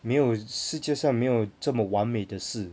没有世界上没有这么完美的事